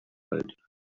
terrified